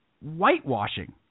whitewashing